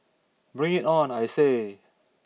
bring it on I say